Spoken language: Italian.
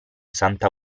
santa